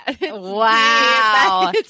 Wow